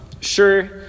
Sure